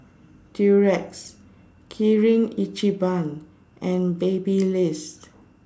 Durex Kirin Ichiban and Baby list